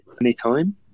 anytime